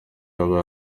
yaba